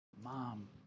Mom